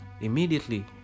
immediately